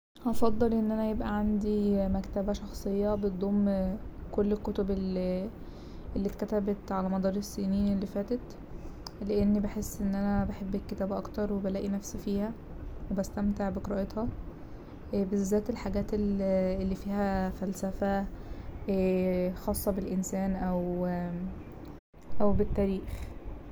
هفضل ان انا يبقى عندي مكتبة شخصية بتضم كل كتب ال- اللي اتكتبت على مدار السنين اللي فاتت لأن بحس ان انا بحب الكتابة اكتر وبلاقي نفسي فيها وبستمتع بقراءتها بالذات الحاجات ال- اللي فيها فلسفة خاصة بالإنسان أو بالتاريخ.